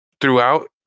throughout